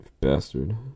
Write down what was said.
Bastard